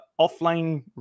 offline